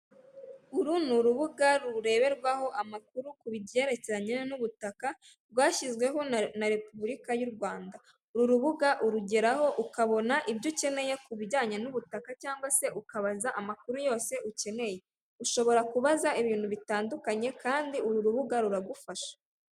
Uru ni urubuga rureberwaho amakuru ku byerekeranye n'ubutaka rwashyizweho na repubulika y'u Rwanda, uru rubuga urugeraho ukabona ibyo ukeneye ku bijyanye n'ubutaka cyangwa se ukabaza amakuru yose ukeneye, ushobora kubaza ibintu bitandukanye kandi uru rubuga ruragufasha.